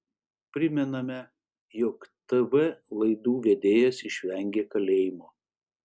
primename jog tv laidų vedėjas išvengė kalėjimo